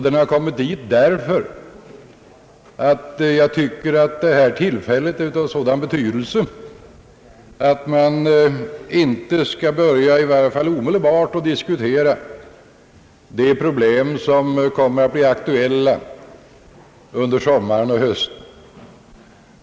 Den har kommit dit därför att jag tycker att detta tillfälle är av sådan betydelse, att man i varje fall inte skall börja omedelbart att diskutera de problem som kommer att bli aktuella under sommaren och hösten.